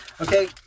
okay